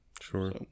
sure